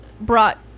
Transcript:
brought